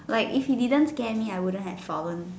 like if he didn't scare me I wouldn't have fallen